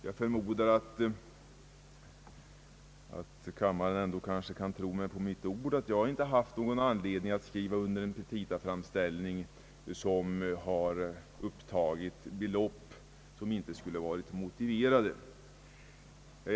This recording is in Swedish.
Jag förmodar att kammaren ändå kan tro mig på mitt ord när jag säger att jag inte haft någon anledning att skriva under en petitaframställning som upptagit icke motiverade belopp.